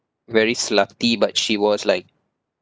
very slutty but she was like